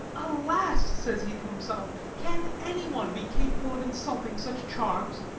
alas! says he to himself, can any one be capable of insulting such charms?